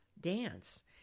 dance